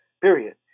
period